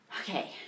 Okay